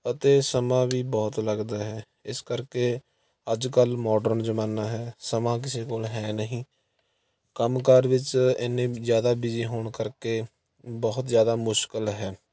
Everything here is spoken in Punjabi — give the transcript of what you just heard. ਅਤੇ ਸਮਾਂ ਵੀ ਬਹੁਤ ਲੱਗਦਾ ਹੈ ਇਸ ਕਰਕੇ ਅੱਜ ਕੱਲ੍ਹ ਮੋਡਰਨ ਜ਼ਮਾਨਾ ਹੈ ਸਮਾਂ ਕਿਸੇ ਕੋਲ ਹੈ ਨਹੀਂ ਕੰਮਕਾਰ ਵਿੱਚ ਇੰਨੇ ਜ਼ਿਆਦਾ ਬਿਜ਼ੀ ਹੋਣ ਕਰਕੇ ਬਹੁਤ ਜ਼ਿਆਦਾ ਮੁਸ਼ਕਿਲ ਹੈ